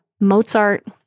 Mozart